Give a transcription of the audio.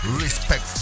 Respect